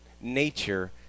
nature